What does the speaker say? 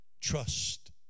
Trust